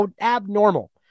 abnormal